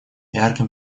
ярким